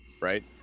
right